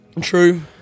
True